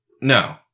No